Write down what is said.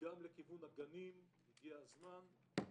גם לכיוון הגנים הגיע הזמן.